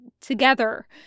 together